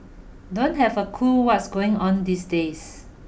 don't have a clue what's going on these days